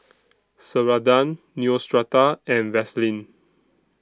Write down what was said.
Ceradan Neostrata and Vaselin